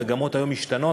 המגמות היום משתנות,